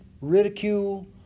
ridicule